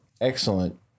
Excellent